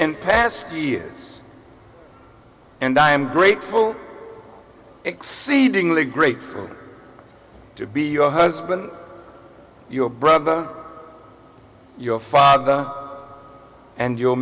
and past years and i am grateful exceedingly grateful to be your husband your brother your father and you